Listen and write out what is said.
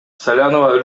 салянова